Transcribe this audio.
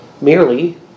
merely